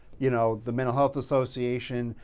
you know, the mental health association,